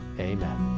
amen.